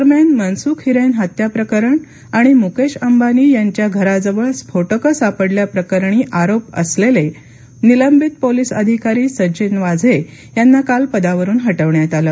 दरम्यान मनसुख हिरेन हत्या प्रकरण आणि मुकेश अंबानी यांच्या घराजवळ स्फोटक सापडल्या प्रकरणी आरोप असलेले निलंबित पोलिस अधिकारी सचिन वाझे यांना काल पदावरुन हटवण्यात आलं